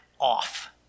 off